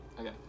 Okay